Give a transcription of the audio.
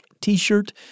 t-shirt